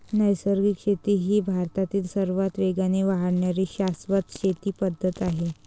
नैसर्गिक शेती ही भारतातील सर्वात वेगाने वाढणारी शाश्वत शेती पद्धत आहे